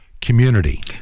community